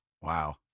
Wow